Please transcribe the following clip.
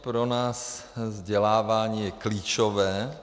Pro nás je vzdělávání klíčové.